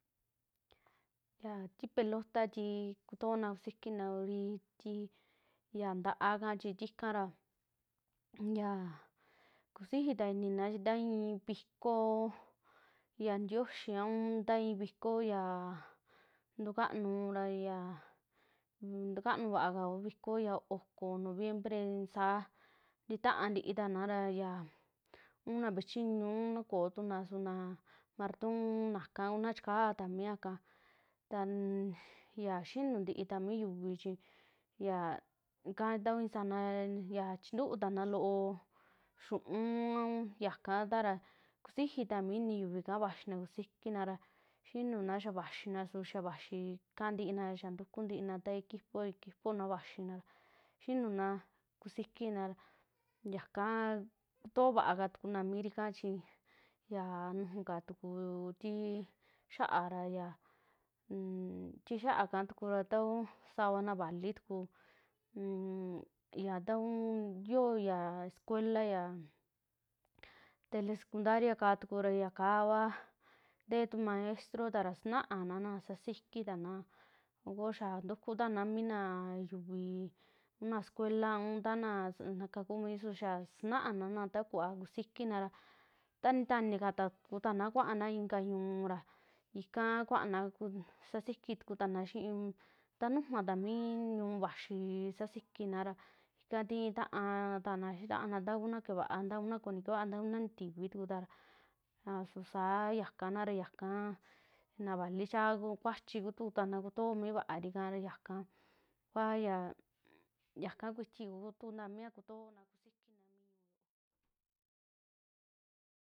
Ya tii pelota, tii kutoona kusikina ku riti yaa nta'a ika chi tika ra yaa kusiji ta inina chi nta i'i vikoo ya ntixii a un ta i'i vikoo yaa ntukanu ra ya, ya tukanu vaka ku vikoo ya oko noviembre i sa ntaa ntiitana ra xia un na vee chiñu unuu koo tu naa martoon, naka kuna chikaa ta mi ya ika taa xinuu ntii ta mi yuvii chi yaka nta i'i sana un chintuu taana loo xiuun ñakatara kusiiji ta ini yuvi ika vaxina kuisikina, xinuna vaxinana, su xaa vaxi kaa ntiina, xaa ntuku ntina ta equipo, equipona vaxina xinuna kusikina yakaa kutoovaka tukuna miri ika chi ya nuju kaa tukuu tii xia'a ra, un tii xia'a ikatukura ta ku savana na vali tuku un ta kuu yoo yaa scuela ya telesecundaria kaa tukraa ya kaa kuaa tee tu maestro tara saanana sakikitana a koo yaa ntukutana mi naa yuvi a naa sucuela a taana kakumi su xaa sanaana nta kuva kusikina ntaa nitanitaka tana kuaana inka ñuu ra ikaa kuaana sasiki tukutana xii taa nujuu vaa ta mi ñuu vaxii, sasikinara ika tii ta'a tana xii taana, ntaa kuuna kee vaa nta kuna koo nii keevaa, ntaa kuna nitivi tukuta su saa ñaakara, ñaka na vali chaa ku kuachi ku tukutana kutoo mi vaari ikara ñaka kuya ya, ñaka kuiti kutuku mi ya kutoona kuxikina.